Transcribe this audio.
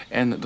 en